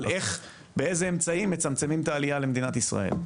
על איך ובאיזה אמצעים מצמצמים את העלייה למדינת ישראל.